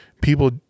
people